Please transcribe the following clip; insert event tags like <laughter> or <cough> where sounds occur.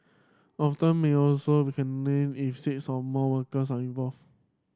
often may also caned <unintelligible> if six or more workers are involved